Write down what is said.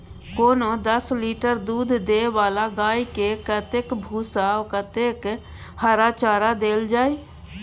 कोनो दस लीटर दूध दै वाला गाय के कतेक भूसा आ कतेक हरा चारा देल जाय?